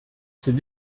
c’est